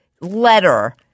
letter